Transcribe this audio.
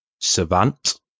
savant